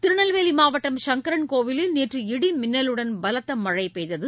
திருநெல்வேலி மாவட்டம் சங்கரன் கோவிலில் நேற்று இடி மின்னலுடன் பலத்த மழை பெய்தது